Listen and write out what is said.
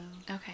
Okay